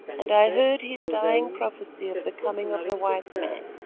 and i heard his dying prophecy of the coming of the white man.